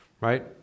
Right